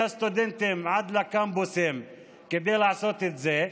הסטודנטים עד לקמפוסים כדי לעשות את זה?